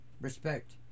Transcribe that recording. Respect